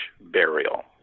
burial